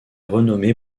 renommée